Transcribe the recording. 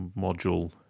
module